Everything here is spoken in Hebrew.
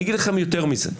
אני אגיד לכם יותר מזה,